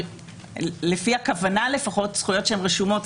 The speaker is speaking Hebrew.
לפי הכוונה לפחות זכויות רשומות.